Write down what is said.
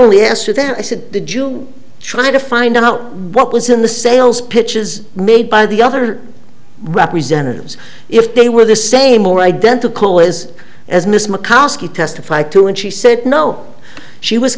only asked to them i said did you try to find out what was in the sales pitches made by the other representatives if they were the same or identical was as miss mccaskey testify to and she said no she was